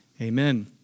amen